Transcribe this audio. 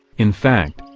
in fact,